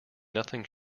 nothing